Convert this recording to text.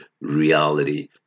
reality